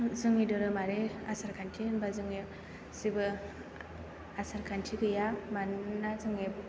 जोंनि धोरोमारि आसारखान्थि होनबा जोंनि जेबो आसारखान्थि गैया मानोना जोङो